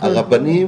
הרבנים